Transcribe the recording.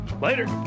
Later